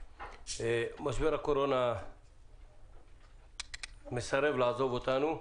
משבר הקורונה מסרב לעזוב אותנו.